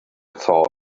thought